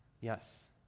Yes